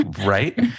right